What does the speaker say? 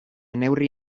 neurri